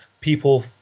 people